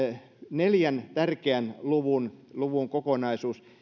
neljän tärkeän luvun luvun kokonaisuus